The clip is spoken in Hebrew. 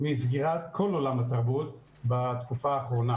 מפגיעת כל עולם התרבות בתקופה האחרונה.